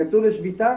יצאו לשביתה,